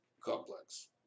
complex